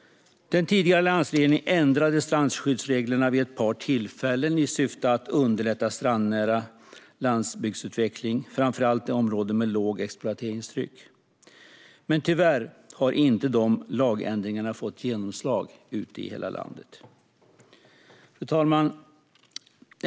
Den tidigare alliansregeringen ändrade strandskyddsreglerna vid ett par tillfällen i syfte att underlätta strandnära landsbygdsutveckling, framför allt i områden med lågt exploateringstryck. Men tyvärr har dessa lagändringar inte fått genomslag i hela landet. Fru talman!